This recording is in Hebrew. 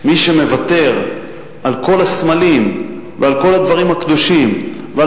מי שמוותר על כל הסמלים ועל כל הדברים הקדושים ועל